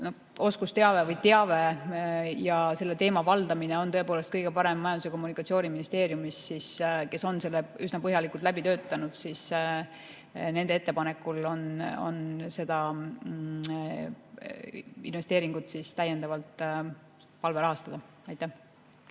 oskusteave ja selle teema valdamine on tõepoolest kõige parem Majandus- ja Kommunikatsiooniministeeriumis, kes on selle üsna põhjalikult läbi töötanud, siis ongi nende ettepanek seda investeeringut täiendavalt rahastada. Aitäh!